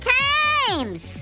times